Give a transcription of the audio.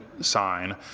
sign